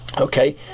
okay